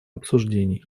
обсуждений